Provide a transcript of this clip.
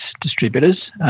distributors